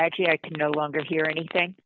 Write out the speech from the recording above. actually i can no longer hear anything